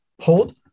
hold